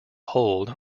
hold